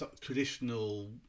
traditional